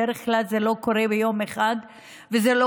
בדרך כלל זה לא קורה ביום אחד וזה לא